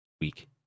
week